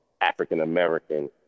African-American